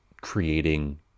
creating